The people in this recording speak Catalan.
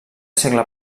segle